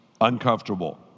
uncomfortable